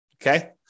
Okay